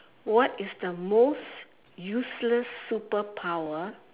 what is the most useless superpower